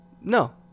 No